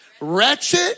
Wretched